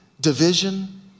division